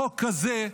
חוק כזה,